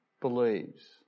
believes